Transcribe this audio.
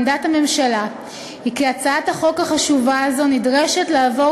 עמדת הממשלה היא כי הצעת החוק החשובה הזאת נדרשת לעבור